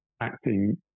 acting